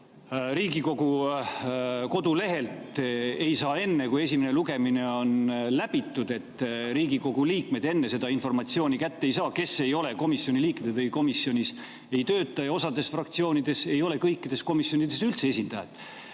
Riigikogu kodulehelt ei saa enne, kui esimene lugemine on läbitud. Need Riigikogu liikmed enne seda informatsiooni kätte ei saa, kes ei ole komisjoni liikmed või komisjonis ei tööta. Ja osal fraktsioonidel ei ole kõikides komisjonides üldse esindajat.